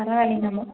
பரவாயில்லைங்களா ma'am